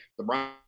LeBron